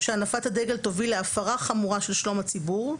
שהנפת הדגל תביא להפרה חמורה של שלום הציבור,